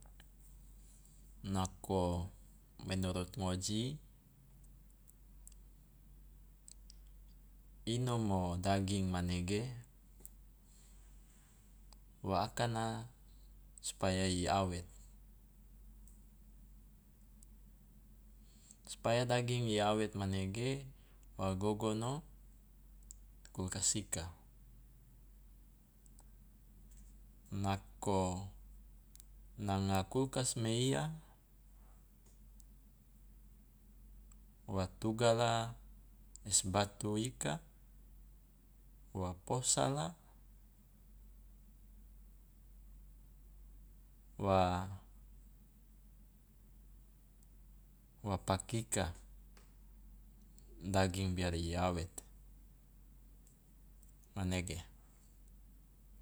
Nako menurut ngoji inomo daging manege wa akana supaya i awet, supaya daging i awet manege wa gogono kulkas ika, nako nanga kulkas meiya wa tugala es batu ika, wa posala, wa pak ika daging biar i awet, manege.